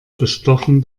bestochen